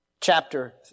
Chapter